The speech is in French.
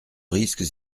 risques